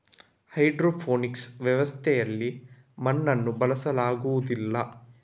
hydroponics ವ್ಯವಸ್ಥೆಯಲ್ಲಿ ಮಣ್ಣನ್ನು ಬಳಸಲಾಗುವುದಿಲ್ಲ